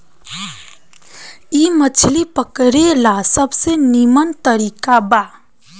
इ मछली पकड़े ला सबसे निमन तरीका बा